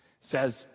says